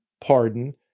pardon